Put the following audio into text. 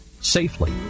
safely